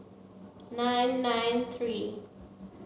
nine nine three